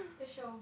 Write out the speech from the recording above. just show